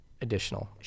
additional